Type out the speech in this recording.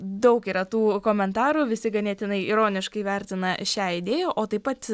daug yra tų komentarų visi ganėtinai ironiškai vertina šią idėją o taip pat